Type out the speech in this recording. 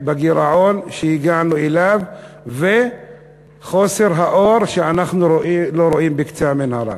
בגירעון שהגענו אליו וחוסר האור בקצה המנהרה.